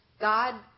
God